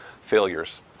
failures